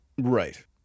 Right